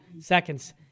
seconds